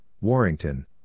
Warrington